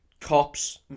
cops